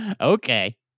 Okay